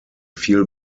feel